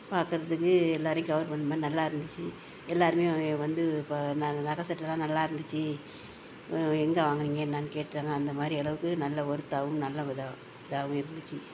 பார்க்கறத்துக்கு எல்லாரையும் கவர் பண்ற மாதிரி நல்லாயிருந்துச்சி எல்லாருமே வந்து இப்போ நல நகை செட்டுலாம் நல்லாயிருந்துச்சி எங்கே வாங்கினீங்க என்னான்னு கேட்டாங்க அந்த மாதிரி அளவுக்கு நல்லா ஓர்த்தாகவும் நல்லா இதாக இதாகவும் இருந்துச்சு